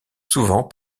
souvent